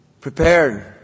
Prepared